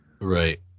right